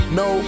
no